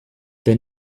the